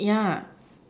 yeah